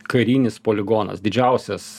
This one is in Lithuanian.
karinis poligonas didžiausias